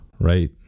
right